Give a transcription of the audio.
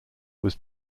was